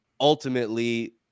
ultimately